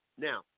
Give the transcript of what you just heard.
Now